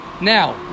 Now